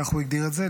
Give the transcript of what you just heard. כך הוא הגדיר את זה,